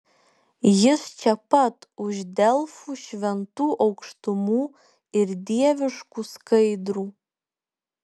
jis čia pat už delfų šventų aukštumų ir dieviškų skaidrų